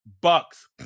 Bucks